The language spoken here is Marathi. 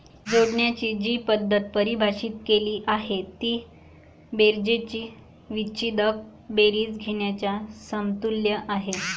जोडण्याची जी पद्धत परिभाषित केली आहे ती बेरजेची विच्छेदक बेरीज घेण्याच्या समतुल्य आहे